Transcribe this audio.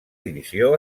divisió